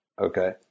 okay